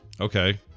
Okay